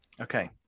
Okay